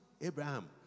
Abraham